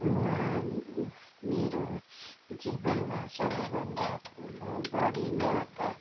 म मेरो जीवनमा सबैभन्दा ठुलो बढी महत्त्व